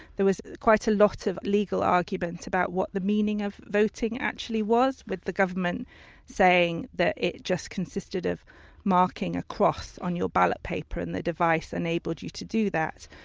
there was quite a lot of legal argument about what the meaning of voting actually was, with the government saying that it just consisted of marking a cross on your ballot paper and the device enabled you to do that.